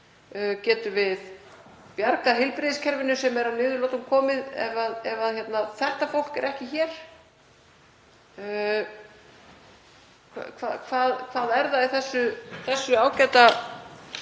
Getum við bjargað heilbrigðiskerfinu sem er að niðurlotum komið ef þetta fólk er ekki hér? Hvað er það í þessu ágæta